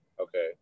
Okay